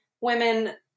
women